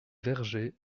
vergers